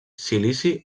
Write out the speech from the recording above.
silici